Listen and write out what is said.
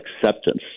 acceptance